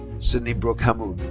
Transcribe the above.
sydney brooke hamood.